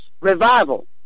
revival